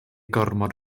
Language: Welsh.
gormod